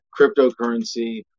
cryptocurrency